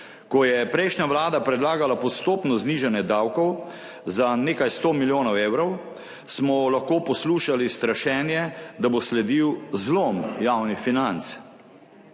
Ko je prejšnja vlada predlagala postopno znižanje davkov za nekaj sto milijonov evrov, smo lahko poslušali strašenje, da bo sledil zlom javnih financ.